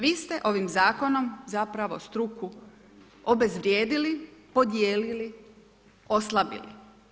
Vi ste ovim zakonom zapravo struku obezvrijedili, podijelili, oslabili.